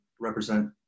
represent